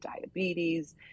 diabetes